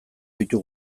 ditu